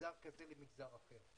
מגזר כזה למגזר אחר'.